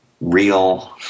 real